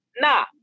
nah